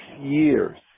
years